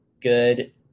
good